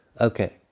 Okay